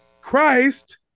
Christ